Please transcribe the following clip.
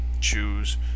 choose